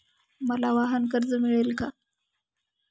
मला वाहनकर्ज मिळेल का?